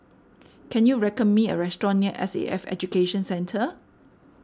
can you reckon me a restaurant near S A F Education Centre